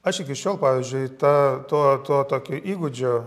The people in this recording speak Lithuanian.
aš iki šiol pavyzdžiui tą to to tokio įgūdžio